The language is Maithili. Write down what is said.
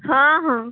हँ हँ